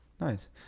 Nice